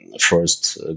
first